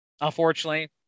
Unfortunately